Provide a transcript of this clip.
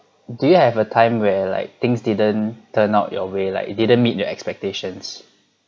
do you have a time where like things didn't turn out your way like you didn't meet your expectations